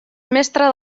mestre